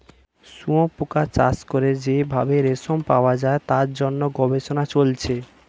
শুয়োপোকা চাষ করে যেই ভাবে রেশম পাওয়া যায় তার জন্য গবেষণা চলছে